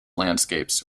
landscapes